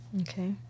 Okay